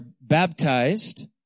baptized